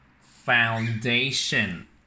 foundation